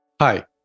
Hi